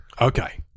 Okay